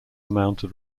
mounted